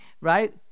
Right